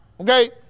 Okay